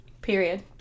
Period